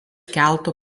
keltų